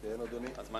הזמן